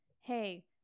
hey